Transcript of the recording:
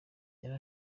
yari